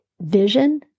vision